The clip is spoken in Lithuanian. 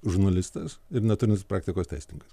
žurnalistas ir neturintis praktikos teisininkas